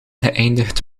geëindigd